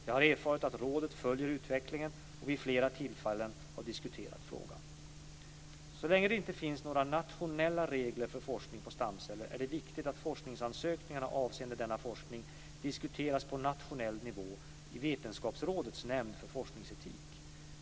Jag har erfarit att rådet följer utvecklingen och vid flera tillfällen har diskuterat frågan. Så länge det inte finns några nationella regler för forskning på stamceller är det viktigt att forskningsansökningar avseende denna forskning diskuteras på nationell nivå i Vetenskapsrådets nämnd för forskningsetik.